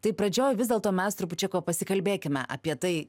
tai pradžioj vis dėlto mes trupučiuką pasikalbėkime apie tai